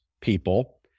people